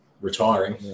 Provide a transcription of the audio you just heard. Retiring